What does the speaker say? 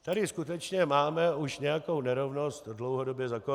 Tady skutečně máme nějakou nerovnost dlouhodobě zakódovanou.